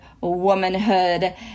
womanhood